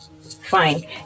fine